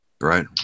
Right